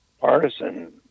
partisan